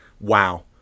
Wow